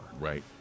Right